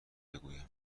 بگویم